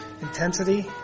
intensity